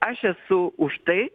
aš esu už tai